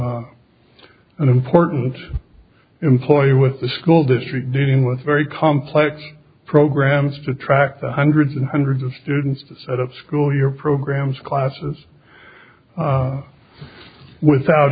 became an important employee with the school district dealing with very complex programs to track to hundreds and hundreds of students to set up school year programs classes without